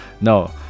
no